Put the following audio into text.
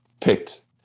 picked